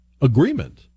agreement